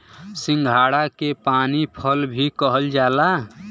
सिंघाड़ा के पानी फल भी कहल जाला